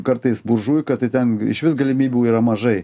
kartais buržuika tai ten išvis galimybių yra mažai